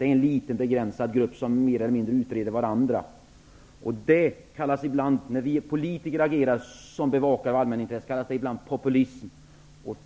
Det är en liten begränsad grupp som mer eller mindre utreder varandra. Det kallas ibland, när vi politiker agerar som bevakare av allmänintressen, populism.